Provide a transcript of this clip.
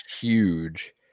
huge